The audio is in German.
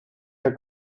der